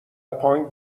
پانگ